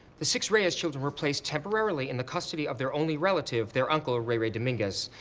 the six reyes children were placed temporarily in the custody of their only relative, their uncle ray ray dominguez.